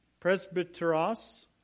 presbyteros